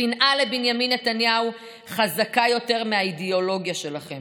השנאה לבנימין נתניהו חזקה יותר מהאידיאולוגיה שלכם.